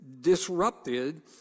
disrupted